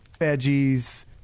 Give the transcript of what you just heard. veggies